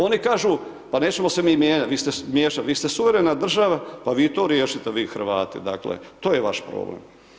Oni kažu, pa nećemo se mi mijenjati, miješati, vi ste suvremena država, pa vi to riješite, vi Hrvati, dakle, to je vaš problem.